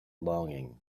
longing